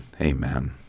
amen